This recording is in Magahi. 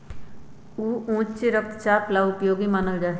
ऊ उच्च रक्तचाप ला उपयोगी मानल जाहई